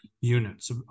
units